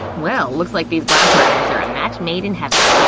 well, looks like these lab partners are a match made in heaven!